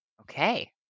Okay